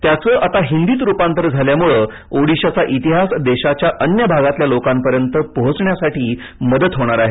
त्याचं आता हिंदीत रुपांतर झाल्यामुळे ओडिशाचा इतिहास देशाच्या अन्य भागातल्या लोकांपर्यंत पोहोचण्यासाठी मदत होणार आहे